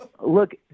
Look